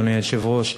אדוני היושב-ראש,